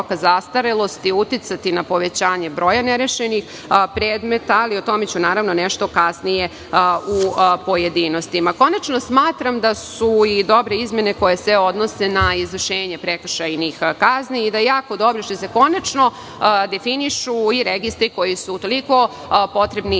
zastarelosti uticati na povećanje broja nerešenih predmeta, ali o tome ću nešto kasnije u pojedinostima. Konačno, smatram da su i dobre izmene koje se odnose na izvršenje prekršajnih kazni i da je jako dobro što se konačno definišu i registri koji su toliko potrebni